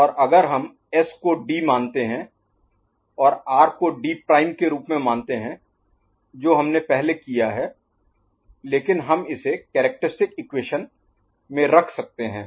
और अगर हम एस को डी मानते हैं और आर को डी प्राइम D' के रूप में मानते हैं जो हमने पहले किया है लेकिन हम इसे कैरेक्टरिस्टिक इक्वेशन में रख सकते हैं